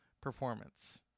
Performance